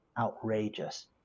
outrageous